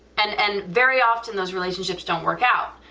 and and very often those relationships don't work out,